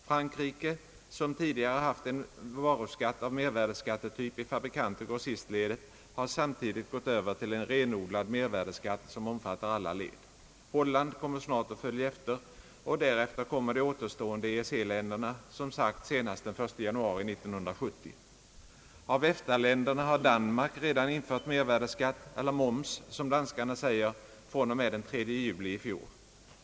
Frankrike, som tidigare haft en varuskatt av mervärdeskattetyp i fabrikantoch grossistledet, har samtidigt gått över till en renodlad mervärdeskatt som omfattar alla led. Holland kommer snart att följa efter, och därpå kommer de återstående EEC-länderna som sagt senast den 1 januari 1970. Av EFTA-länderna har Danmark redan infört mervärdeskatt eller »moms», som danskarna säger, fr.o.m. den 3 juli i fjol.